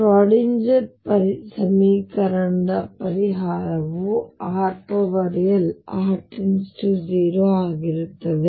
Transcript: Schrodinger ಸಮೀಕರಣದ ಪರಿಹಾರವುrl r 0 ಆಗಿ ಹೋಗುತ್ತದೆ